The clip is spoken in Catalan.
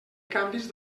canvis